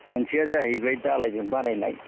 मोनसेआ जाहैबाय दालायजों बानायनाय